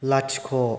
लाथिख'